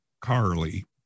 Carly